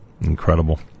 incredible